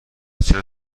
چرا